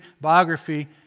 biography